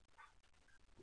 נעבור לדובר האחרון,